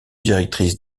directrice